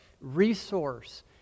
Resource